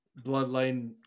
bloodline